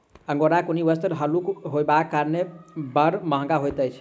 अंगोराक ऊनी वस्त्र हल्लुक होयबाक कारणेँ बड़ महग होइत अछि